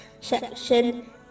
section